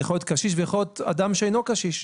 זה יכול להיות קשיש ויכול להיות אדם שאינו קשיש,